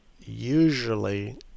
usually